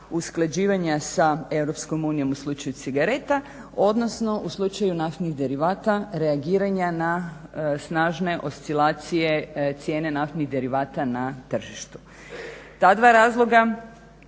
unijom u slučaju cigareta, odnosno u slučaju naftnih derivata reagiranja na snažne oscilacije cijene naftnih derivata na tržištu. Ta dva razloga